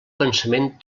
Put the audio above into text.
pensament